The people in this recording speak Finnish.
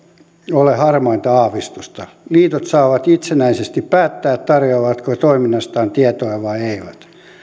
ole harmainta aavistusta liitot saavat itsenäisesti päättää tarjoavatko he toiminnastaan tietoja vai eivät